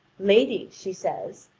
lady, she says,